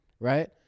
Right